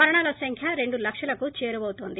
మరణాల సంఖ్య రెండు లక్షలకు చేరువవుతోంది